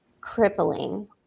crippling